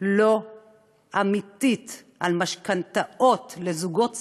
לא אמיתית על משכנתאות לזוגות צעירים,